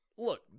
look